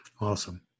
Awesome